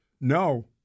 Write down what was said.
No